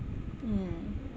mm